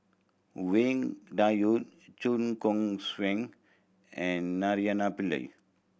Wang Dayuan Chua Koon Siong and Naraina Pillai